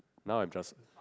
now I'm just